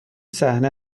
صحنه